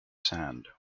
sand